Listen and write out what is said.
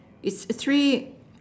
it a tree